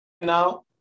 now